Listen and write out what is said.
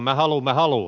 mä haluun mä haluun